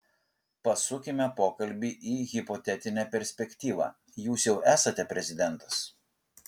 pasukime pokalbį į hipotetinę perspektyvą jūs jau esate prezidentas